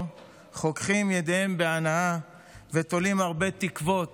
חוככים ידיהם בהנאה ותולים הרבה תקוות